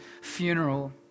funeral